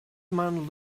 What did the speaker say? man